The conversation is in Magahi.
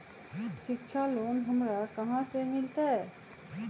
शिक्षा लोन हमरा कहाँ से मिलतै?